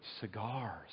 cigars